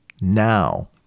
now